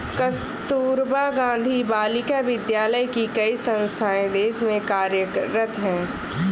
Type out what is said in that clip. कस्तूरबा गाँधी बालिका विद्यालय की कई संस्थाएं देश में कार्यरत हैं